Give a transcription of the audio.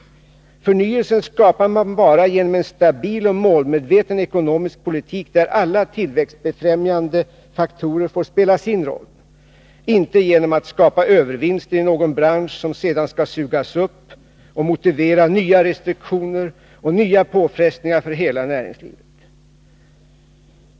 Förnyelsen skapar man bara genom en stabil och målmedveten ekonomisk politik där alla tillväxtbefrämjande faktorer får spela sin roll, inte genom att skapa övervinster i någon bransch som sedan skall sugas upp och motivera nya restriktioner och nya påfrestningar för hela näringslivet.